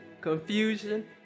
confusion